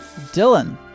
Dylan